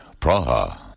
Praha